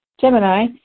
Gemini